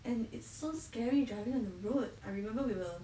and it's so scary driving on the road I remember we were